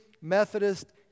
Methodist